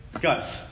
Guys